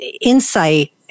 insight